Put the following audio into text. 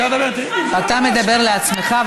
אתה מדבר לעצמך,